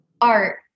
art